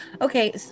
okay